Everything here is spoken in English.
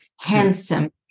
handsome